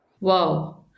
Wow